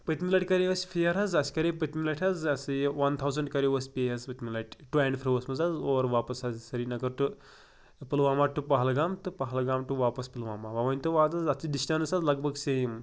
پٔتمہِ لٹہِ کَرے اَسہِ فیر حظ اَسہِ کَرے پٔتمہِ لٹہِ حظ یہِ وَن تھاوزَنٛڈ کَریو اسہ پھیرٕ حظ پٔتمہِ لٹہِ ٹُو اینٛڈ فرو وَس منٛز حظ اور واپس حظ سرینگر ٹُو پُلوامہ ٹُو پہلگام تہٕ پہلگام ٹُو واپَس پُلوامہ ونۍ ؤنۍ تو حظ اَتھ چھِ ڈِسٹنس لگ بگ سیم